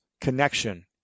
connection